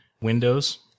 Windows